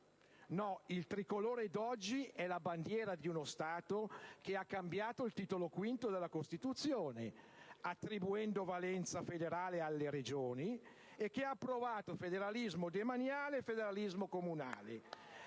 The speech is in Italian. No, il Tricolore d'oggi è la bandiera di uno Stato che ha cambiato il Titolo V della Costituzione attribuendo valenza federale alle Regioni, e che ha approvato il federalismo demaniale e il federalismo comunale